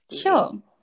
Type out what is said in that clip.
sure